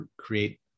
create